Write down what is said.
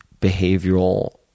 behavioral